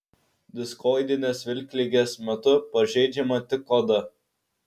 diskoidinės vilkligės metu pažeidžiama tik oda